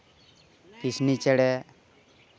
ᱠᱤᱥᱱᱤ ᱪᱮᱬᱮ